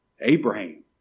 Abraham